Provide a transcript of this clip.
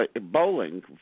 bowling